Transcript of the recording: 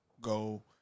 Go